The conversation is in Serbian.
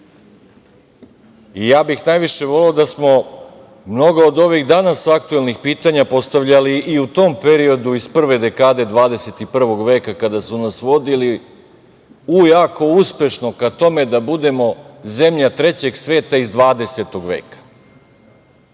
i ja bih najviše voleo da smo mnogo od ovih danas aktuelnih pitanja postavljali i u tom periodu iz prve dekade 21. veka kada su nas vodili u jako uspešno ka tome da budemo zemlja trećeg sveta iz 20.